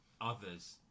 Others